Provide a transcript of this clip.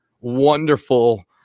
wonderful